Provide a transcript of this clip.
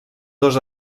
dos